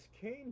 came